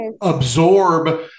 absorb